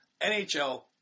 NHL